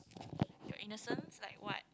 your innocence like what